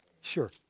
Sure